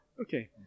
Okay